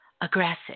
aggressive